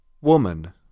woman